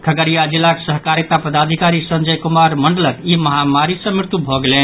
खगड़िया जिलाक सहकारिता पदाधिकारी संजय कुमार मंडलक ई महामारी सँ मृत्यु भऽ गेलनि